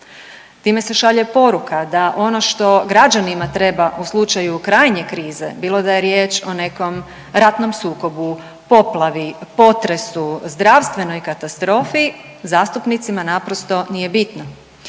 Time se šalje poruka da ono što građanima treba u slučaju krajnje krize, bilo da je riječ o nekom ratnom sukobu, poplavi, potresu, zdravstvenoj katastrofi, zastupnicima naprosto nije bitno.